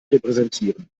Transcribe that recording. repräsentieren